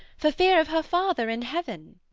for fear of her father in heaven.